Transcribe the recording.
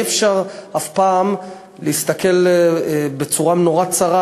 אי-אפשר אף פעם להסתכל בצורה נורא צרה